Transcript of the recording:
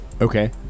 Okay